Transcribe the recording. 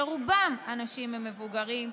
שרובם אנשים מבוגרים,